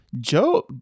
Joe